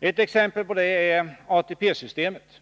Ett exempel på det är ATP-systemet.